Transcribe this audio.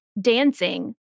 dancing